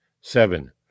Seven